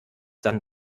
dann